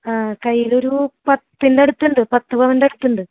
ആ കൈയിലൊരു പത്തിൻ്റെ അടുത്തുണ്ട് പത്തുപവൻ്റെ അടുത്തുണ്ട്